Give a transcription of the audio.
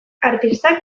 artistak